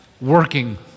working